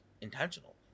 intentional